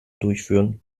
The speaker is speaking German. durchführen